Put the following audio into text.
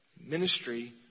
Ministry